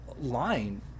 line